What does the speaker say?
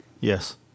Yes